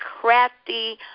crafty